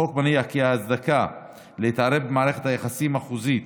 החוק מניח כי ההצדקה להתערב במערכת היחסים החוזית